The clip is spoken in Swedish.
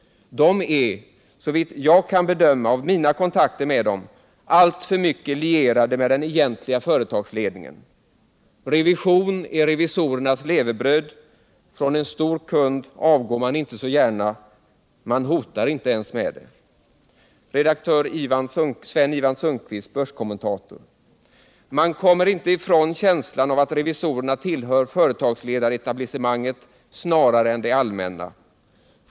De är, såvitt jag kan bedöma av mina kontakter med dem, alltför mycket lierade med den egentliga företagsledningen. —-—-— Revision är revisorers levebröd. Från en stor kund avgår man inte så gärna, man hotar inte ens med det.” Redaktör Sven-Ivan Sundqvist, börskommentator: ”Samtidigt kommer man inte ifrån känslan av att revisorerna tillhör företagsledar-etablisse manget snarare än "det allmänna”.